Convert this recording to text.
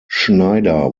schneider